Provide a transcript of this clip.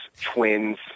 twins